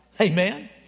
amen